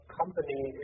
company